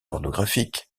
pornographique